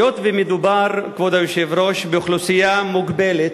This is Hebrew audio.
היות שמדובר, כבוד היושב-ראש, באוכלוסייה מוגבלת,